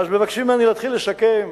מבקשים ממני להתחיל לסכם.